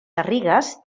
garrigues